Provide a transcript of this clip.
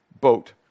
boat